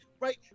right